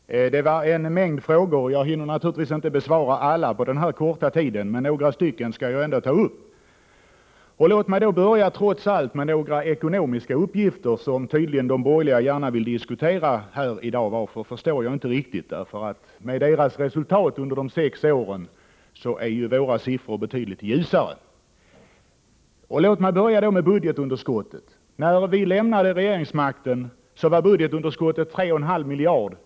Herr talman! Det var en mängd frågor, och jag hinner naturligtvis inte besvara alla på den här korta tiden, men några skall jag ändå ta upp. Låt mig då börja med några ekonomiska uppgifter som de borgerliga tydligen gärna vill diskutera i dag; det förstår jag dock inte riktigt, för jämförda med deras resultat under de sex åren är våra siffror betydligt gynnsammare. Först har vi budgetunderskottet. När vi lämnade regeringsmakten var budgetunderskottet 3,5 miljarder.